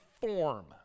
form